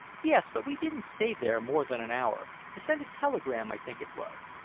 yes, but we didn't stay there more than an hour to send a telegram, i think it was.